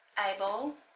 eyeball